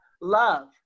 love